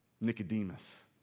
Nicodemus